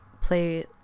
play